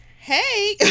hey